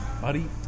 buddy